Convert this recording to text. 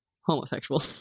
homosexual